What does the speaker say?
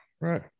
right